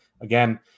Again